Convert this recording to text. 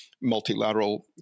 multilateral